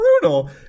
brutal